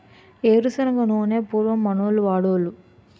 ఏరు శనగ నూనె పూర్వం మనోళ్లు వాడోలు